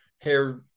hair